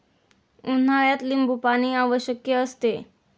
उन्हाळ्यात लिंबूपाणी आवश्यक असते